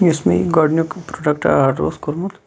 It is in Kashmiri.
یُس مےٚ یہِ گۄڈٕنیُک پروڈَکٹ آرڈَر اوس کوٚرمُت